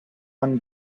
one